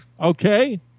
Okay